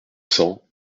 cents